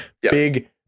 big